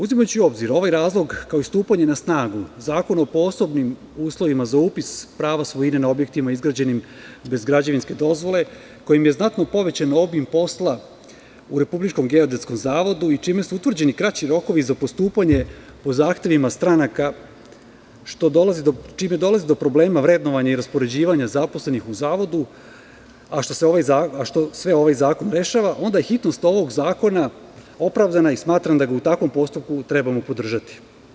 Uzimajući u obzir ovaj razlog kao stupanje na snagu Zakona o posebnim uslovima za upis prava svojine na objektima izgrađenim bez građevinske dozvole, kojim je znatno povećan obim posla u Republičkom geodetskom zavodu i čime su utvrđeni kraći rokovi za postupanje po zahtevima stranaka, čime dolazi do problema vrednovanja i raspoređivanja zaposlenih u Zavodu, a što sve ovaj zakon rešava, onda je hitnost ovog zakona opravdana i smatram da ga u takvom postupku trebamo podržati.